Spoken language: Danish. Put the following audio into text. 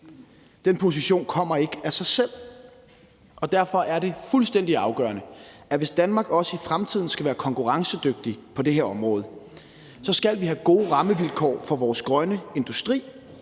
Den position kommer ikke af sig selv, og derfor er det fuldstændig afgørende, hvis Danmark også i fremtiden skal være konkurrencedygtig på det her område, at vi skal have gode rammevilkår for vores grønne industri,